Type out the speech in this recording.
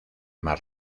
mar